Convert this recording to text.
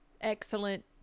excellent